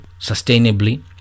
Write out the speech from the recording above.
sustainably